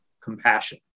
compassion